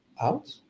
out